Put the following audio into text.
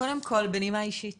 קודם כל בנימה אישית